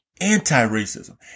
anti-racism